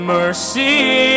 mercy